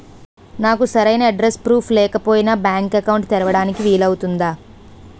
నాకు సరైన address proof లేకపోయినా బ్యాంక్ అకౌంట్ తెరవడానికి వీలవుతుందా?